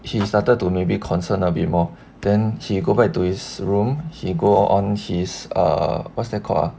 he started to maybe concern a bit more then he go back to his room he go on his err what's that called ah